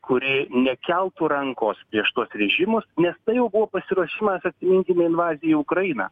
kuri nekeltų rankos prieš tuos režimus nes tai jau buvo pasiruošimas atsiminkime invazijai į ukrainą